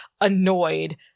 annoyed